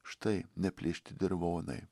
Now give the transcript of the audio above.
štai neplėšti dirvonai